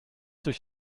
durch